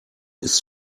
ist